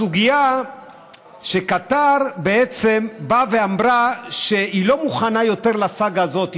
הסוגיה היא שקטאר בעצם באה ואמרה שהיא לא מוכנה יותר לסאגה הזאת,